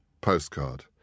postcard